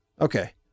Okay